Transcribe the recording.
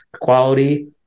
quality